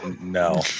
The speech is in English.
No